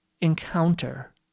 encounter